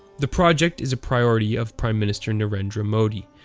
the project is a priority of prime minister narendra modi,